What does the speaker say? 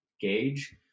gauge